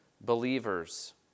believers